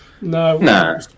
No